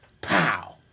Pow